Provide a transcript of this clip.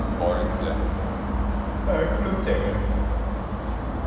boring sia